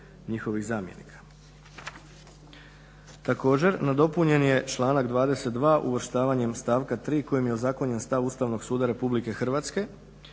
njihovih zamjenika. Također, nadopunjen je članak 22. uvrštavanjem stavka 3. kojim je ozakonjen stav Ustavnog suda RH izraženom